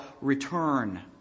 return